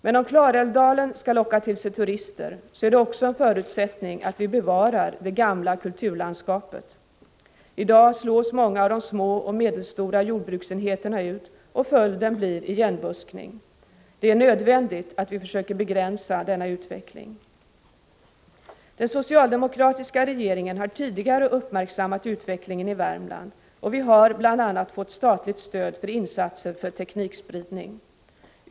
Men om Klarälvsdalen skall kunna locka till sig turister är en förutsättning att vi bevarar det gamla kulturlandskapet. I dag slås många av de små och medelstora jordbruksenheterna ut och följden blir igenbuskning. Det är nödvändigt att vi försöker begränsa denna utveckling. Den socialdemokratiska regeringen har tidigare uppmärksammat utvecklingen i Värmland, och vi har bl.a. fått statligt stöd till insatser för teknikspridning.